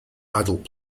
adult